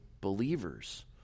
believers